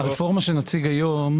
אפילו ברמה של חצי מהמספרים שאתם רואים כאן,